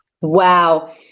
Wow